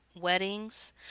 Weddings